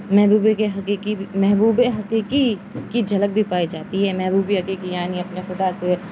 محبوب کے حقیقی محبوب حقیقی کی جھلک بھی پائی جاتی ہے محبوب حقیقی یعنی اپنے خدا کے